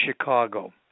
Chicago